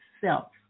self